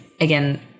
again